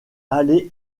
aller